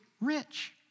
rich